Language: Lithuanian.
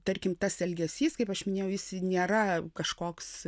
tarkim tas elgesys kaip aš minėjau jis nėra kažkoks